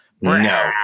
No